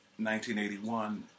1981